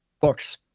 Books